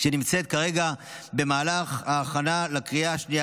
שנמצאת כרגע במהלך ההכנה לקריאה השנייה